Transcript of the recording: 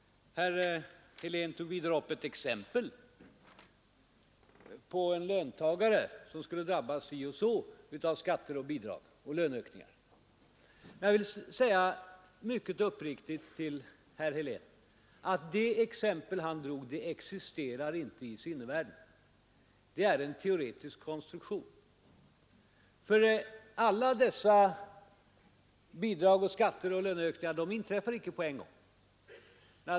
Herr Helén anförde vidare som ett exempel hur en löntagare skulle drabbas av skattehöjning och bidragsminskning vid en löneökning. Jag vill säga till herr Helén att det exempel han anförde inte existerar i sinnevärlden, utan att det är en teoretisk konstruktion. Alla dessa bidrag och skatter och löneökningar inträffar nämligen icke på en gång.